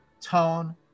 tone